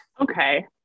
Okay